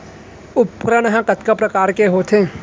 उपकरण हा कतका प्रकार के होथे?